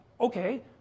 okay